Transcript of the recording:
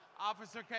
officer